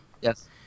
Yes